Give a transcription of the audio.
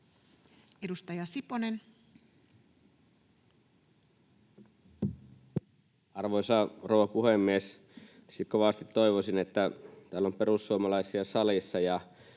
21:08 Content: Arvoisa rouva puhemies! Kovasti toivoisin, että kun täällä on perussuomalaisia salissa